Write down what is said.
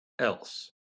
else